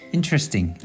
Interesting